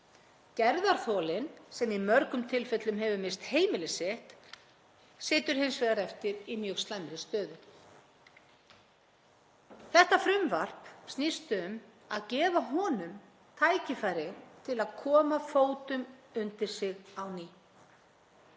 Gerðarþolinn sem í mörgum tilfellum hefur misst heimili sitt situr hins vegar eftir í mjög slæmri stöðu. Þetta frumvarp snýst um að gefa honum tækifæri til að koma fótum undir sig á ný